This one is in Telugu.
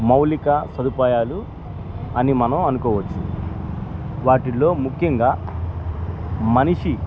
మౌలిక సదుపాయాలు అని మనం అనుకోవచ్చు వాటిలో ముఖ్యంగా మనిషి